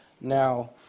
now